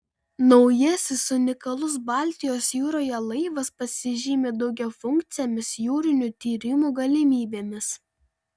naujasis unikalus baltijos jūroje laivas pasižymi daugiafunkcėmis jūrinių tyrimų galimybėmis